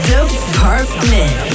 Department